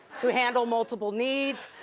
to handle multiple needs,